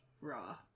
raw